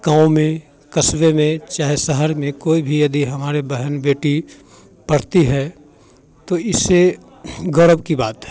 गाँव में कस्बे में चाहे शहर में कोई भी यदि हमारे बहन बेटी पढ़ती है तो इसे गौरव की बात है